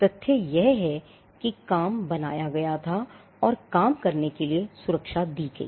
तथ्य यह है कि काम बनाया गया था और काम करने के लिए सुरक्षा दी गई